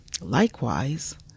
Likewise